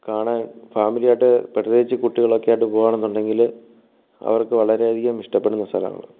കാണാൻ ഫാമിലിയായിട്ട് പ്രത്യേകിച്ച് കുട്ടികളൊക്കെ ആയിട്ട് പോവുകയാണെന്നുണ്ടെങ്കിൽ അവർക്ക് വളരെയധികം ഇഷ്ടപ്പെടുന്ന സ്ഥലമാണ്